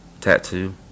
tattoo